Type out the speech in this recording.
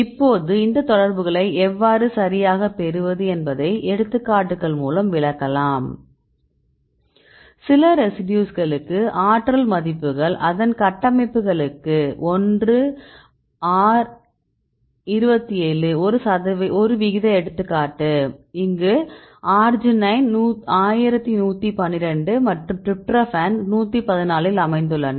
இப்போது இந்த தொடர்புகளை எவ்வாறு சரியாகப் பெறுவது என்பதை எடுத்துக்காட்டுகள் மூலம் விளக்கலாம் சில ரெசிடியூஸ்களுக்கு ஆற்றல் மதிப்புகள் அதன் கட்டமைப்புகளுக்கு 1R27 ஒரு விகித எடுத்துக்காட்டு இங்கு அர்ஜினைன் 1112 மற்றும் டிரிப்டோபான் 144 இல் அமைந்துள்ளன